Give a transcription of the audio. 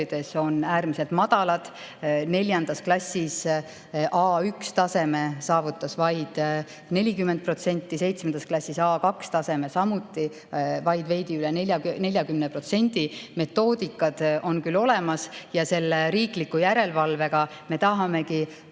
on äärmiselt madalad. Neljandas klassis A1‑taseme saavutas vaid 40%, seitsmendas klassis A2‑taseme samuti vaid veidi üle 40%. Metoodikad on küll olemas ja selle riikliku järelevalve korras me tahamegi